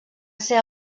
ser